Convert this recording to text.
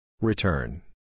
Return